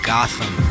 Gotham